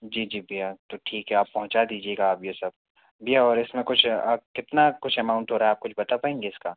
जी जी भैया तो ठीक है आप पहुँचा दीजिएगा आप ये सब भैया और इसमें कुछ आप कितना कुछ अमाउंट हो रहा है आप कुछ बता पाएँगे इसका